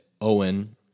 Owen